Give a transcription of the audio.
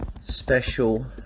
special